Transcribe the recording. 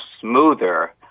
smoother